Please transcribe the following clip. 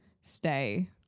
stay